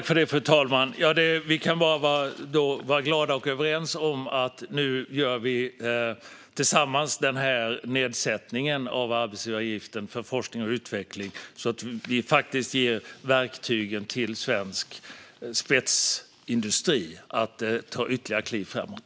Fru talman! Vi kan då bara vara glada och överens om att vi nu tillsammans gör denna nedsättning av arbetsgivaravgiften för forskning och utveckling så att vi faktiskt ger svensk spetsindustri verktyg för att ta ytterligare kliv framåt.